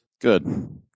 Good